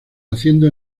haciendo